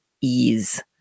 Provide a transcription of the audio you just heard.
ease